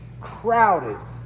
crowded